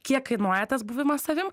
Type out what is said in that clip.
kiek kainuoja tas buvimas savim